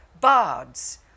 bards